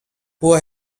poor